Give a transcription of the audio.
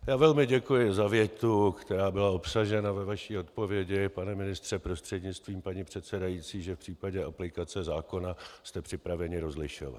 Já velmi děkuji za větu, která byla obsažena ve vaší odpovědi, pane ministře prostřednictvím paní předsedající, že v případě aplikace zákona jste připraveni rozlišovat.